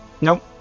Nope